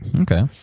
Okay